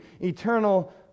eternal